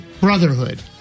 brotherhood